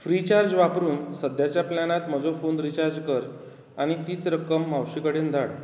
free charge वापरून सद्याच्या प्लॅनांत म्हजो फोन रिचार्ज कर आनी तीच रक्कम मावशे कडेन धाड